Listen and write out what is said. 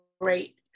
great